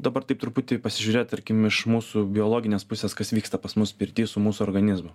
dabar taip truputį pasižiūrėt tarkim iš mūsų biologinės pusės kas vyksta pas mus pirty su mūsų organizmu